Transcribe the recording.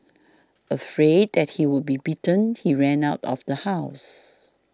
afraid that he would be beaten he ran out of the house